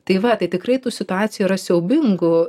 tai va tai tikrai tų situacijų yra siaubingų